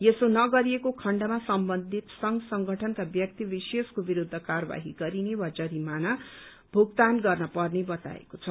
यसो नगरिएको खण्डमा सम्बन्धित संघ संगठन वा व्यक्ति विशेष विरूद्ध कार्यवाही गरिने वा जरिमाना भूगतान गर्न पर्ने बताएको छ